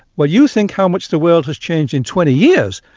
well, you think how much the world has changed in twenty years,